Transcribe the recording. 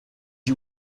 you